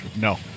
No